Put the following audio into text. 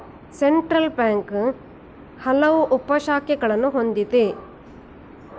central bank ಹಲವು ಉಪ ಶಾಖೆಗಳನ್ನು ಹೊಂದಿದೆ